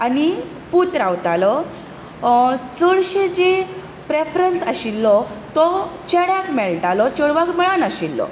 पूत रावतालो चडशें जी प्रेफरन्स आशिल्लो तो चेड्याक मेळटालो चेडवाक मेळनाशिल्लो